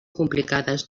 complicades